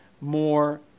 more